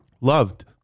loved